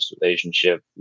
relationship